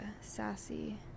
sassy